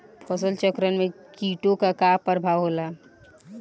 फसल चक्रण में कीटो का का परभाव होला?